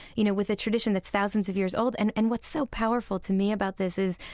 you know, with a tradition that's thousands of years old. and and what's so powerful to me about this is,